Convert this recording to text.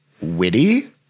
witty